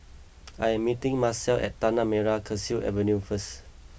I am meeting Macel at Tanah Merah Kechil Avenue first